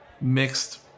mixed